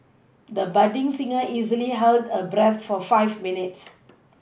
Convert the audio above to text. the budding singer easily held her breath for five minutes